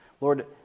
Lord